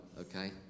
okay